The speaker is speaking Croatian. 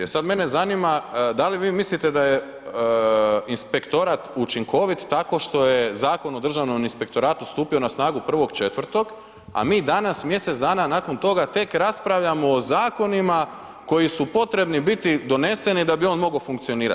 E sad mene zanima da li vi mislite da je inspektorat učinkovit tako što je Zakonom o Državnom inspektoratu stupio na snagu 1.4. a mi danas, mjesec dana nakon toga tek raspravljamo o zakonima koji su potrebni biti doneseni da bi on mogao funkcionirat?